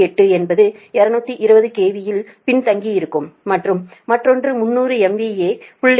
8 என்பது 220 KV இல் பின்தங்கியிருக்கும் மற்றும் மற்றொன்று 300 MVA 0